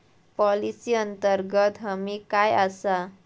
Policy अंतर्गत हमी काय आसा?